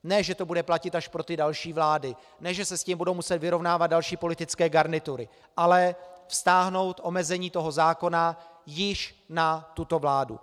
Ne že to bude platit až pro ty další vlády, ne že se s tím budou muset vyrovnávat další politické garnitury, ale vztáhnout omezení toho zákona již na tuto vládu.